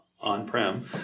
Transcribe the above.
on-prem